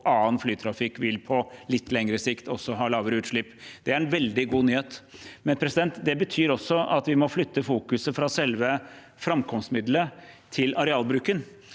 og annen flytrafikk vil på litt lengre sikt også ha lavere utslipp. Det er en veldig god nyhet, men det betyr også at vi må flytte fokuset fra selve framkomstmiddelet til arealbruken.